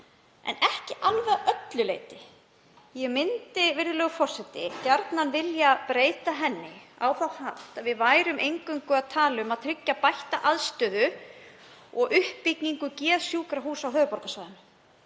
en ekki alveg öllu leyti. Ég myndi, virðulegur forseti, gjarnan vilja breyta henni á þann hátt að við værum eingöngu að tala um að tryggja bætta aðstöðu og uppbyggingu geðsjúkrahúss á höfuðborgarsvæðinu.